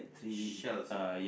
shells ah